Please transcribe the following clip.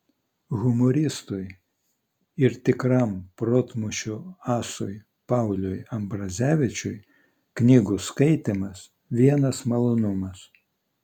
humoristui ir tikram protmūšių asui pauliui ambrazevičiui knygų skaitymas vienas malonumas